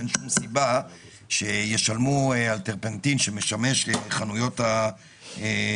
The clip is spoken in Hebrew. אין שום סיבה שישלמו מס על טרפנטין בחנויות הצבעים.